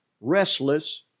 restless